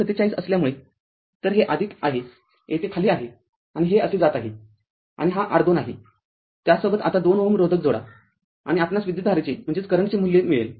९४७ असल्यामुळेतर हे आहे येथे खाली आहे आणि हे असे जात आहेआणि हा R२आहे त्यासोबत आता २Ω रोधक जोडा आणि आपणास विद्यतधारेचे मूल्य मिळेल